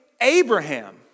Abraham